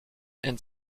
and